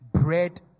bread